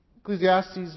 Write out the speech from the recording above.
Ecclesiastes